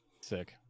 Sick